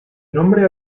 nombre